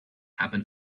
happen